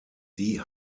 die